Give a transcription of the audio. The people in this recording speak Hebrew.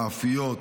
מאפיות,